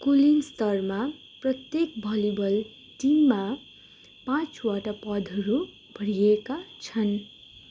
कुलीन स्तरमा प्रत्येक भली बल टिममा पाँचवटा पदहरू भरिएका छन्